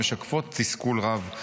המשקפות תסכול רב.